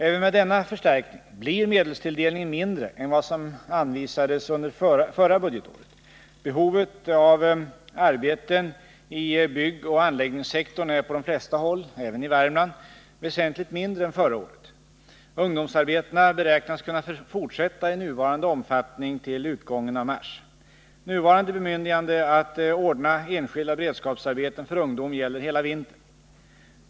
Även med denna förstärkning blir medelstilldelningen mindre än vad som anvisades under förra budgetåret. Behovet av arbeten i byggoch anläggningssektorn är på de flesta håll, även i Värmland, väsentligt mindre än förra året. Ungdomsarbetena beräknas kunna fortsätta i nuvarande omfattning till utgången av mars. Nuvarande bemyndigande att ordna enskilda beredskapsarbeten för ungdom gäller hela vintern.